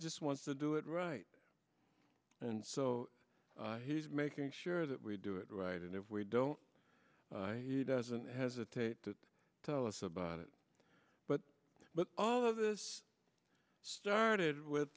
just wants to do it right and so he's making sure that we do it right and if we don't he doesn't hesitate to tell us about it but but all of this started with